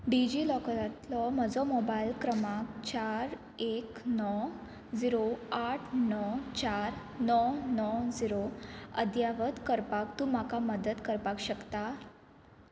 डिजीलॉकरांतलो म्हजो मोबायल क्रमांक चार एक णव झिरो आठ णव चार णव णव झिरो अद्यावद करपाक तूं म्हाका मदत करपाक शकता